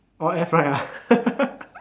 all air fried ah